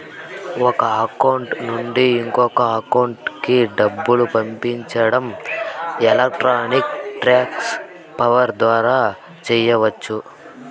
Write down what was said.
ఒక అకౌంట్ నుండి ఇంకో అకౌంట్ కి డబ్బులు పంపించడం ఎలక్ట్రానిక్ ట్రాన్స్ ఫర్ ద్వారా చెయ్యచ్చు